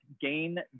gain